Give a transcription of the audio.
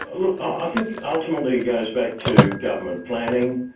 look, i think ultimately it goes back to government planning,